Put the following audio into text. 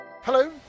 Hello